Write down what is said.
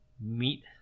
meet